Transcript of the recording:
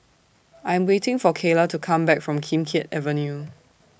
I'm waiting For Kayla to Come Back from Kim Keat Avenue